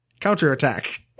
Counterattack